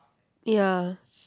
ya